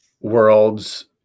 Worlds